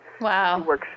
Wow